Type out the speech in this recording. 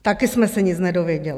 Taky jsme se nic nedověděli.